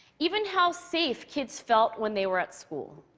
even how safe kids felt when they were at school.